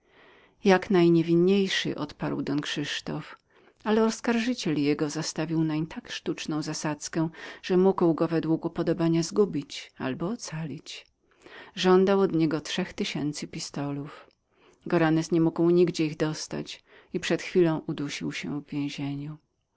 jak najniewinniejszym odparł don krzysztof ale oskarżyciel jego zastawił nań tak sztuczną zasadzkę że mógł go według upodobania zgubić albo ocalić żądał od niego trzech tysięcy pistolów goranez nie mógł nigdzie ich dostać i przed chwilą udusił się w więzieniu